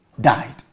died